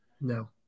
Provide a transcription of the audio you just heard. No